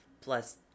plus